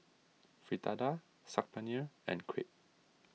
Fritada Saag Paneer and Crepe